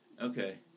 okay